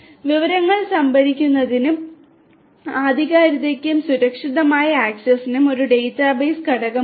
വിവരങ്ങൾ സംഭരിക്കുന്നതിനും ആധികാരികതയ്ക്കും സുരക്ഷിത ആക്സസിനും ഒരു ഡാറ്റാബേസ് ഘടകമുണ്ട്